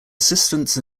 assistants